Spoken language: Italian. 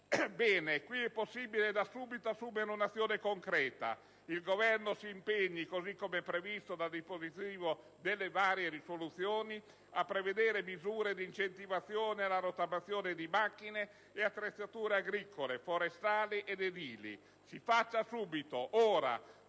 Ebbene, qui è possibile da subito assumere un'azione concreta. Il Governo si impegni, così come previsto dal dispositivo delle varie risoluzione, a prevedere misure di incentivazione alla rottamazione di macchine ed attrezzature agricole, forestali ed edili. Si faccia ora,